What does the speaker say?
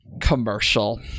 commercial